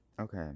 Okay